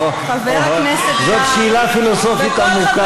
אוהו, זאת שאלה פילוסופית עמוקה.